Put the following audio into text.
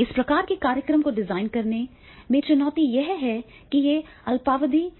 इस प्रकार के कार्यक्रम को डिजाइन करने में चुनौती यह है कि अल्पावधि